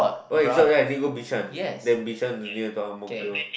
!oi! short right then you go Bishan then Bishan is near to Ang-Mo-Kio